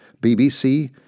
BBC